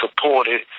supported